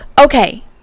okay